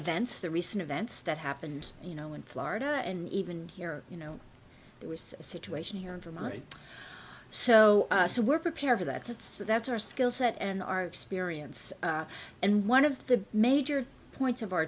events the recent events that happened you know in florida and even here you know it was a situation here in vermont so so we're prepared for that since that's our skill set and are experienced and one of the major points of our